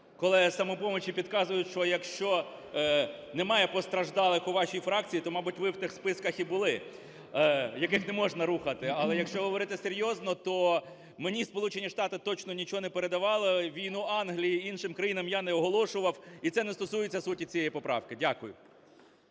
із "Самопомочі" підказують, що якщо немає постраждалих у вашій фракції, то, мабуть, ви в тих списках і були, яких не можна рухати. Але якщо говорити серйозно, то мені Сполучені Штати точно нічого не передавали. Війну Англії і іншим країнам я не оголошував. І це не стосується суті цієї поправки. Дякую.